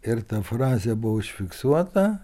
ir ta frazė buvo užfiksuota